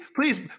please